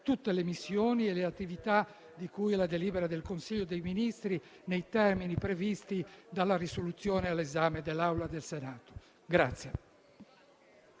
tutte le missioni e le attività di cui alla delibera del Consiglio dei ministri nei termini previsti dalle risoluzioni all'esame dell'Assemblea del Senato.